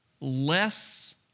less